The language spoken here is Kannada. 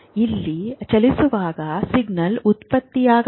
ಇಲ್ಲಿ ಚಲಿಸುವಾಗ ಸಿಗ್ನಲ್ ಉತ್ಪತ್ತಿಯಾಗಬಹುದು